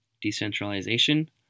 decentralization